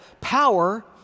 power